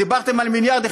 דיברתם על מיליארד,